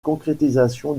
concrétisation